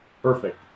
Perfect